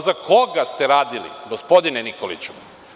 Za koga ste radili, gospodine Nikoliću?